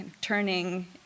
turning